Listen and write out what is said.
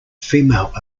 female